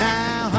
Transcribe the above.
Now